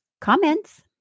comments